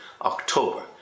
October